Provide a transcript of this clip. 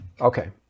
Okay